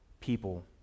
people